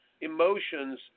emotions